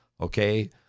okay